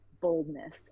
boldness